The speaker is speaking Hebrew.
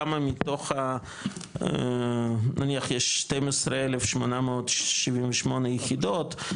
כמה מתוך ה- נניח יש 12,878 יחידות,